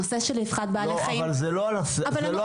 הנושא של רווחת בעלי החיים --- אבל זה לא על השולחן שלי.